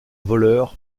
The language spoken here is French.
voleur